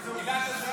הם מתעמרים